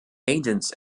agents